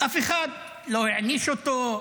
אף אחד לא העניש אותו,